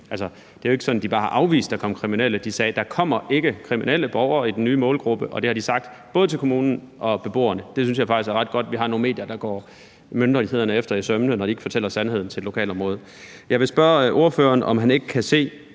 det er jo ikke sådan, at de bare har afvist, at der kom kriminelle. De sagde: Der kommer ikke kriminelle borgere i den nye målgruppe. Og det har de sagt både til kommunen og til beboerne. Og jeg synes faktisk, at det er ret godt, at vi har nogle medier, der går myndighederne efter i sømmene, når de ikke fortæller sandheden til lokalområdet. Jeg vil spørge ordføreren, om han ikke kan se,